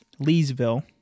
Leesville